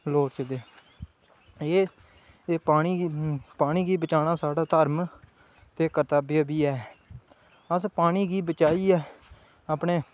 लोड़चदे एह् पानी गी पानी गी बचाना साढ़ा धर्म ते कर्तव्य बी ऐ अस पानी गी बचाइयै अपने